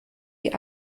die